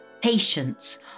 Patience